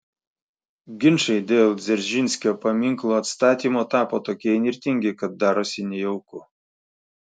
ginčai dėl dzeržinskio paminklo atstatymo tapo tokie įnirtingi kad darosi nejauku